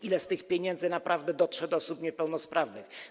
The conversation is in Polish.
Ile z tych pieniędzy naprawdę dotrze do osób niepełnosprawnych?